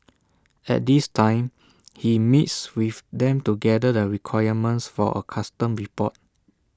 at this time he meets with them to gather the requirements for A custom report